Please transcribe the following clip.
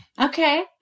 Okay